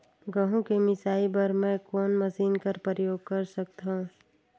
गहूं के मिसाई बर मै कोन मशीन कर प्रयोग कर सकधव?